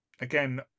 again